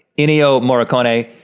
ennio morricone,